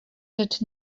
rzecz